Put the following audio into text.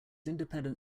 independent